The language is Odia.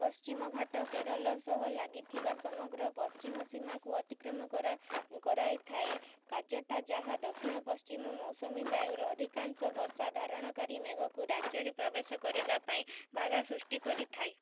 ପଶ୍ଚିମ ଘାଟ କେରଳ ସହ ଲାଗିଥିବା ସମଗ୍ର ପଶ୍ଚିମ ସୀମାକୁ ଅତିକ୍ରମ କରା କରାଇଥାଏ କାର୍ଯ୍ୟତଃ ଯାହା ଦକ୍ଷିଣ ପଶ୍ଚିମ ମୌସୁମୀ ବାୟୁର ଅଧିକାଂଶ ବର୍ଷା ଧାରଣକାରୀ ମେଘକୁ ରାଜ୍ୟରେ ପ୍ରବେଶ କରିବା ପାଇଁ ବାଧା ସୃଷ୍ଟି କରିଥାଏ